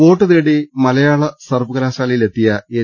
വോട്ടുതേടി മലയാള സർവ്വകലാശാലയിലെത്തിയ എൻ